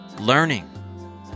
learning